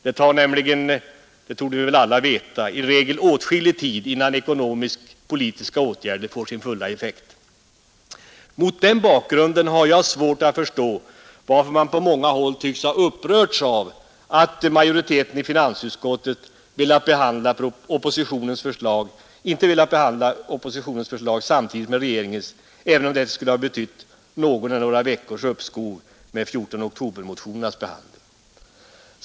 Det tar nämligen — det torde vi alla veta — i regel åtskillig tid innan ekonomisk-politiska åtgärder får sin fulla effekt. Mot den bakgrunden har jag svårt att förstå att man på många håll tycks ha upprörts av att majoriteten i finansutskottet velat behandla oppositionens förslag samtidigt med regeringens, även om det skulle ha betytt någon eller några veckors uppskov med 14-oktobermotionernas behandling.